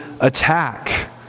attack